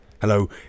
Hello